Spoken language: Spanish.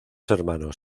hermanos